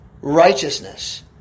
righteousness